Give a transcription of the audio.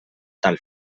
tal